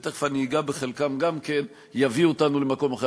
ותכף אני אגע בחלקם גם כן, יביאו אותנו למקום אחר.